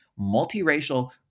multiracial